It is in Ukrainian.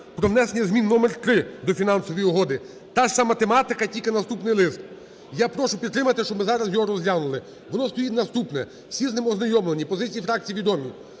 про внесення змін № 3 до Фінансової угоди. Та ж сама тематика, тільки наступний Лист. Я прошу підтримати, щоб ми зараз його розглянули. Воно стоїть наступне, всі з ним ознайомлені, позиції фракцій відомі.